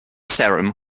serum